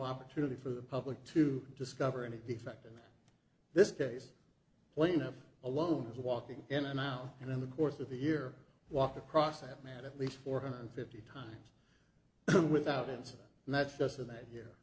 opportunity for the public to discover any defect in this case plaintiff alone was walking in and out and in the course of the year walked across that mad at least four hundred fifty times without incident and that's just in